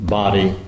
body